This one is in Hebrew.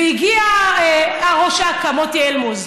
והגיע ראש אכ"א מוטי אלמוז,